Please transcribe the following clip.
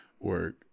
work